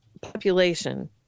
population